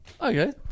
Okay